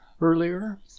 earlier